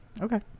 Okay